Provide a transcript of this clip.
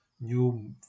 new